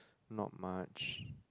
not much